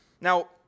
Now